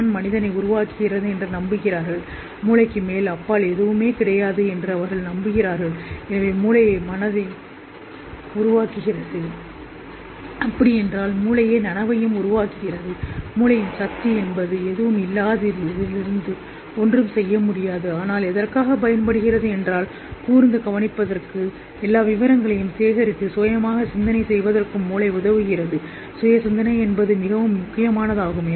மனதை உருவாக்கும் மூளைக்கு மூளைக்கு அப்பால் எதுவும் இல்லை என்று நரம்பியல் விஞ்ஞானம் நம்புகிறது அது நனவை உருவாக்கும் மனதை உருவாக்கினால் மூளையின் சக்தி நனவை முன்னாள் நிஹிலோவை உருவாக்க முடியாது ஆனால் கவனத்தை பிணைத்தல் குவித்தல் மற்றும் கொண்டு வருதல் சுய பிரதிபலிப்பு